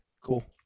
cool